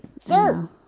Sir